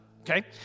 okay